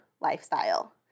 lifestyle